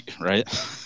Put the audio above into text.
Right